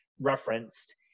referenced